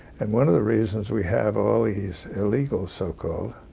and one of the reasons we have all of these illegals, so-called,